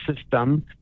system